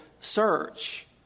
search